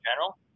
general